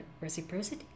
reciprocity